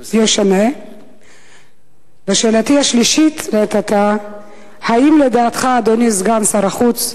3. האם לדעתך, סגן שר החוץ,